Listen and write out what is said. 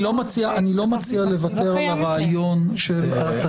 אני לא מציע הדרך לוותר על הרעיון של התצהיר.